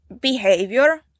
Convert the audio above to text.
behavior